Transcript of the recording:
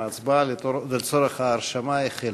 ההצבעה לצורך ההרשמה החלה.